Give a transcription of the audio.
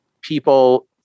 people